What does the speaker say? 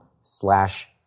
slash